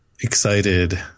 excited